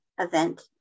event